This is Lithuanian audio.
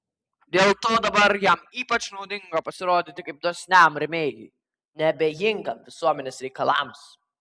dėl to dabar jam ypač naudinga pasirodyti kaip dosniam rėmėjui neabejingam visuomenės reikalams